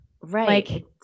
right